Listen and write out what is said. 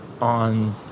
on